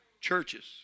Churches